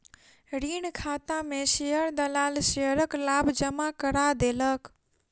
ऋण खाता में शेयर दलाल शेयरक लाभ जमा करा देलक